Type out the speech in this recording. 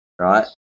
Right